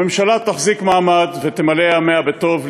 הממשלה תחזיק מעמד ותמלא ימיה בטוב לישראל.